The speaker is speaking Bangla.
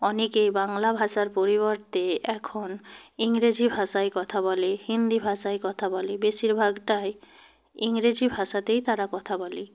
অনেকে বাংলা ভাষার পরিবর্তে এখন ইংরেজি ভাষায় কথা বলে হিন্দি ভাষায় কথা বলে বেশিরভাগটাই ইংরেজি ভাষাতেই তারা কথা বলে